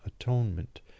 ATONEMENT